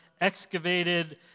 excavated